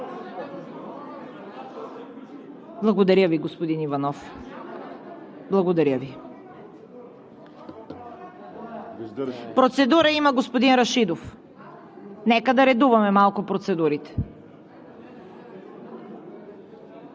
и реплики.) Господин Иванов, благодаря Ви. Процедура има господин Рашидов. Нека да редуваме малко процедурите.